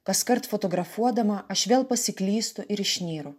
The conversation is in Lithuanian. kaskart fotografuodama aš vėl pasiklystu ir išnyru